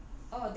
yeah